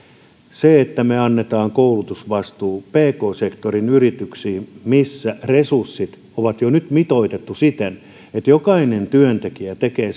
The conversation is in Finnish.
että me annamme koulutusvastuun pk sektorin yrityksiin missä resurssit on jo nyt mitoitettu siten että jokainen työntekijä tekee